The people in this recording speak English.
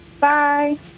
Bye